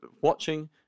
watching